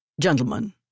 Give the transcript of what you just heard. Gentlemen